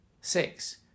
Six